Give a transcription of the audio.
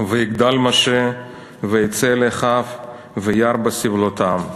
"ויגדל משה ויצא אל אחיו וירא בסבלתם".